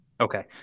Okay